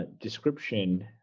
Description